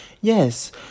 yes